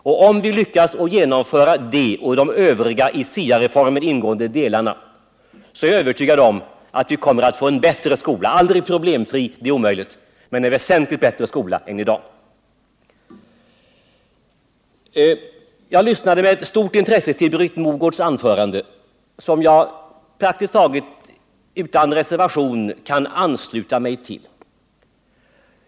Om vi lyckas genomföra det och de övriga i SIA-reformen ingående delarna, så är jag övertygad om att vi kommer att få en bättre skola — aldrig problemfri, det är omöjligt, men en väsentligt bättre skola än i dag. Jag lyssnade med stort intresse till Britt Mogårds anförande, som jag praktiskt taget utan reservation kan ansluta mig till.